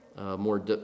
More